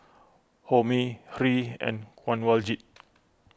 Homi Hri and Kanwaljit